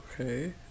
okay